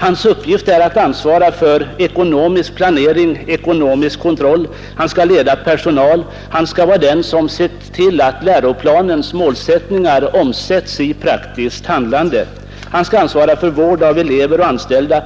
Hans uppgift är att ansvara för ekonomisk planering och ekonomisk kontroll, han skall leda personal, han skall vara den som ser till att läroplanens målsättningar omsätts i praktiskt handlande, han skall ansvara för vård av elever och anställda,